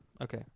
Okay